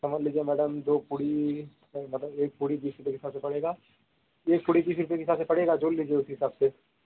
समझ लीजिए मैडम दो पूरी मतलब एक पूरी बीस रुपये के हिसाब से पड़ेगा एक पूरी बीस रुपये के हिसाब पड़ेगा जोड़ लीजिए उसी हिसाब से